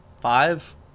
five